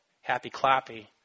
happy-clappy